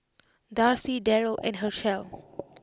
Darcy Darryll and Hershell